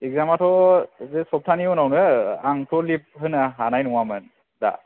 exam आथ' बे सफथानि उनावनो आंथ' लिब होनो हानाय नङामोन दा